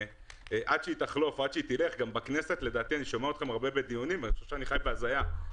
עד שתחלוף בכנסת אני שומע אתכם הרבה בדיונים ואני חושב שאני חי בהזיה.